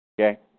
Okay